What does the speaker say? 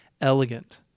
Elegant